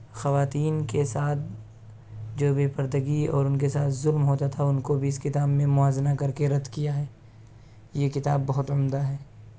خواتین کے ساتھ جو بےپردگی اور ان کے ساتھ ظلم ہوتا تھا ان کو بھی اس کتاب میں موازنہ کر کے رد کیا ہے یہ کتاب بہت عمدہ ہیں